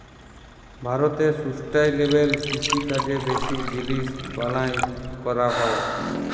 ভারতে সুস্টাইলেবেল কিষিকাজ বেশি জিলিস বালাঁয় ক্যরা হ্যয়